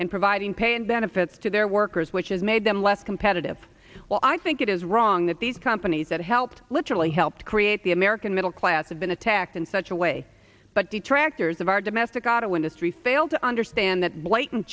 in providing pay and benefits to their workers which has made them less competitive well i think it is wrong that these companies that helped literally helped create the american middle class have been attacked in such a way but detractors of our domestic auto industry fail to understand that blatant